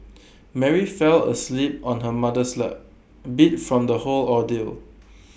Mary fell asleep on her mother's lap beat from the whole ordeal